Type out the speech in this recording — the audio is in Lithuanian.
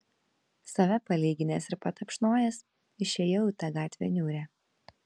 save palyginęs ir patapšnojęs išėjau į tą gatvę niūrią